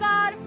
God